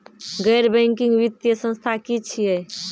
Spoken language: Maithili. गैर बैंकिंग वित्तीय संस्था की छियै?